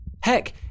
Heck